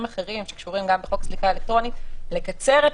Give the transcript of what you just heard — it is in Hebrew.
אחרים שקשורים גם בחוק סליקה אלקטרונית לקצר את